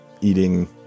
eating